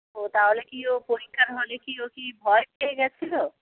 ও তাহলে কি ও পরীক্ষার হলে কি ও কি ভয় পেয়ে গিয়েছিল